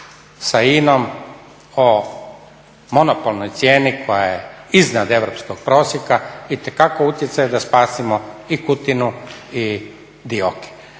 sa INA-om o monopolnoj cijeni koja je iznad europskog prosjeka itekako utjecaj da spasimo i Kutinu i DIOKI.